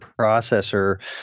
processor